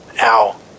Ow